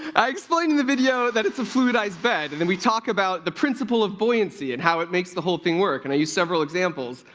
i explain in the video that it's a fluidized bed, and then we talk about the principle of buoyancy and how it makes the whole thing work, and i use several examples,